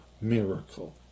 miracle